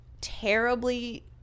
terribly